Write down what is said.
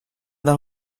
del